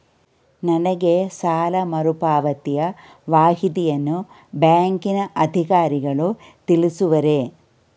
ನನಗೆ ಸಾಲ ಮರುಪಾವತಿಯ ಮಾಹಿತಿಯನ್ನು ಬ್ಯಾಂಕಿನ ಅಧಿಕಾರಿಗಳು ತಿಳಿಸುವರೇ?